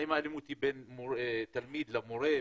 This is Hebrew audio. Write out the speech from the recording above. האם האלימות היא בין תלמיד למורה,